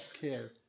care